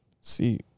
See